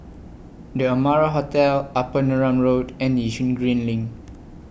The Amara Hotel Upper Neram Road and Yishun Green LINK